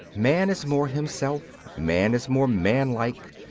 man is more himself, man is more manlike,